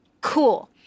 Cool